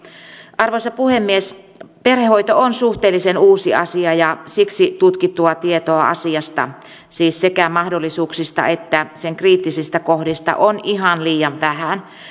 arvoisa puhemies perhehoito on suhteellisen uusi asia ja siksi tutkittua tietoa asiasta siis sekä mahdollisuuksista että sen kriittisistä kohdista on ihan liian vähän